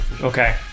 Okay